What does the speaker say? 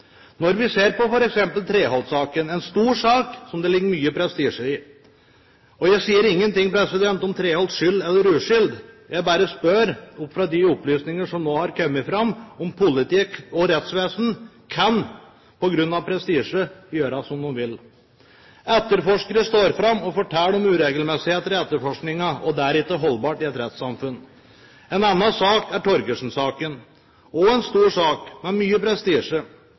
Når vi ser på f.eks. Treholt-saken, er det en stor sak som det ligger mye prestisje i. Jeg sier ingenting om Treholts skyld eller uskyld, jeg bare spør ut fra de opplysningene som nå har kommet fram, om politi og rettsvesen på grunn av prestisje kan gjøre som de vil. Etterforskere står fram og forteller om uregelmessigheter i etterforskningen, og det er ikke holdbart i et rettssamfunn. En annen sak er Torgersen-saken. Det er også en stor sak med mye